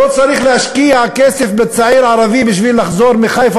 לא צריך להשקיע כסף בצעיר ערבי כדי שיחזור מחיפה